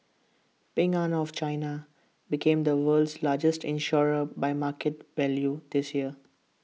Ping an of China became the world's largest insurer by market value this year